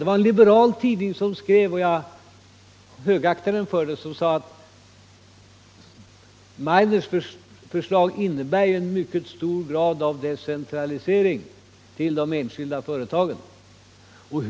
Det var en liberal tidning som skrev — och jag högaktar den för det — att Meidners förslag innebär en mycket hög grad av decentrialisering till de enskilda företagen. Och